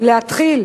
להתחיל